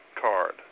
card